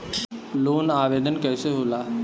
Loan आवेदन कैसे होला?